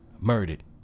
murdered